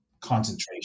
concentration